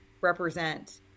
represent